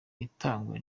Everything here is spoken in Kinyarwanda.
itangwa